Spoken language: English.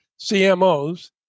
CMOs